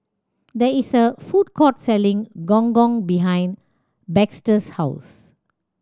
there is a food court selling Gong Gong behind Baxter's house